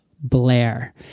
blair